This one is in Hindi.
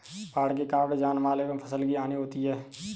बाढ़ के कारण जानमाल एवं फसल की हानि होती है